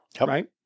right